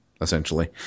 Essentially